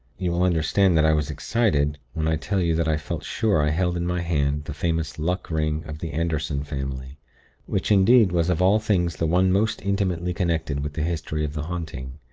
you will understand that i was excited, when i tell you that i felt sure i held in my hand the famous luck ring of the anderson family which, indeed, was of all things the one most intimately connected with the history of the haunting.